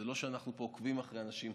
זה לא שאנחנו עוקבים אחרי אנשים,